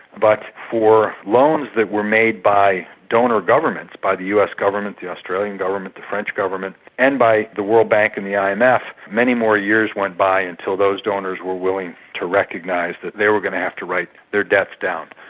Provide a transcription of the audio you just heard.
but for loans that were made by donor governments, by the us government, the australian government, the french government, and by the world bank and the imf, many more years went by until those donors were willing to recognise that they were going to have to write their debts down.